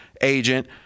agent